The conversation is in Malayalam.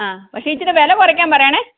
ആ പക്ഷേ ഇച്ചിരി വില കുറയ്ക്കാൻ പറയണേ